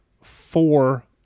four